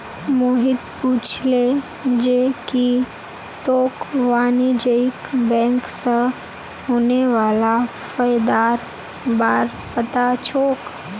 मोहित पूछले जे की तोक वाणिज्यिक बैंक स होने वाला फयदार बार पता छोक